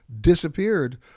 disappeared